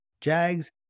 Jags